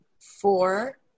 four